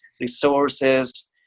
resources